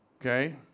okay